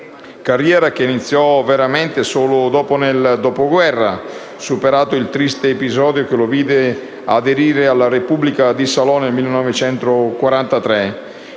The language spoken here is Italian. carriera che iniziò veramente solo nel dopoguerra, superato il triste episodio che lo vide aderire alla Repubblica di Salò nel 1943: